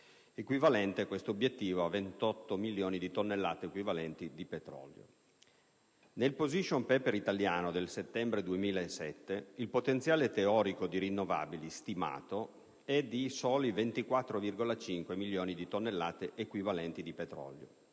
rinnovabili, pari a 28 milioni di tonnellate equivalenti di petrolio. Nel *position paper* italiano del settembre 2007, il potenziale teorico di rinnovabili stimato è di soli 24,5 milioni di tonnellate equivalenti di petrolio.